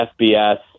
FBS